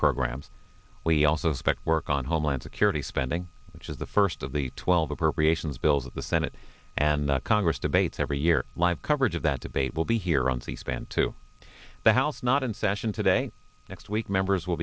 programs we also expect work on homeland security spending which is the first of the twelve appropriations bills that the senate and the congress debates every year live coverage of that debate will be here on c span to the house not in session today next week members will